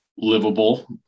livable